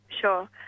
Sure